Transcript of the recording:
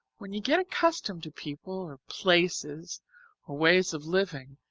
when you get accustomed to people or places or ways of living,